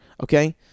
Okay